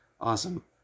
awesome